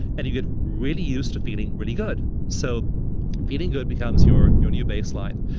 and you get really used to feeling really good. so feeling good becomes your your new baseline.